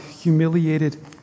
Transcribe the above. humiliated